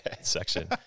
section